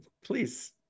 Please